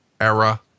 era